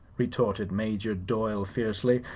retorted major doyle, fiercely.